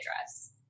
address